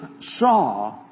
saw